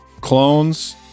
clones